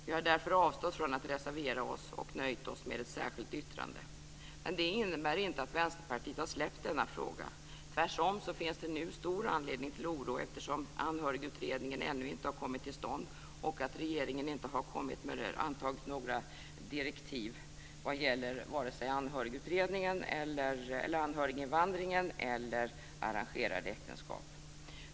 Vi har därför avstått från att reservera oss och nöjt oss med ett särskilt yttrande. Det innebär inte att Vänsterpartiet har släppt denna fråga. Tvärtom finns det nu stor anledning till oro eftersom anhörigutredningen ännu inte har kommit till stånd och regeringen inte har antagit några direktiv vad gäller vare sig anhöriginvandringen eller arrangerade äktenskap.